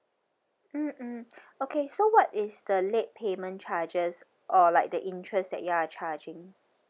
mm mm okay so what is the late payment charges or like the interest that you are charging